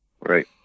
Right